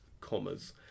commas